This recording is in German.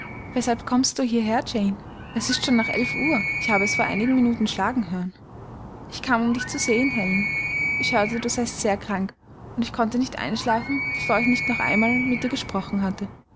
weshalb kommst du hierher jane es ist schon nach elf uhr ich habe es vor einigen minuten schlagen hören ich kam um dich zu sehen helen ich hörte du seist sehr krank und ich konnte nicht einschlafen bevor ich noch einmal mit dir gesprochen hatte